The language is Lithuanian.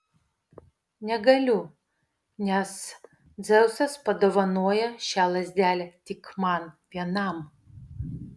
negaliu nes dzeusas padovanojo šią lazdelę tik man vienam